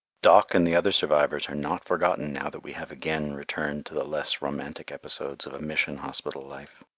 doc and the other survivors are not forgotten, now that we have again returned to the less romantic episodes of a mission hospital life.